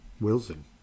Wilson